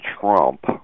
Trump